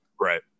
Right